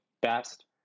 best